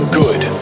good